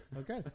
okay